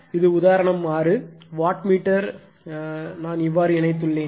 இது உதாரணம் 6 watt meter நான் இவ்வாறு இணைத்துள்ளேன்